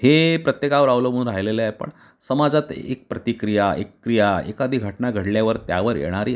हे प्रत्येकावर अवलंबून राहिलेलं आहे पण समाजात एक प्रतिक्रिया एक क्रिया एखादी घटना घडल्यावर त्यावर येणारी